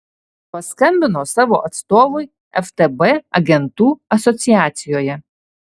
paskambino savo atstovui ftb agentų asociacijoje